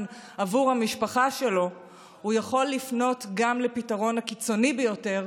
בעבור המשפחה שלו הוא יכול לפנות גם לפתרון הקיצוני ביותר,